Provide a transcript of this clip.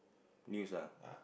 news ah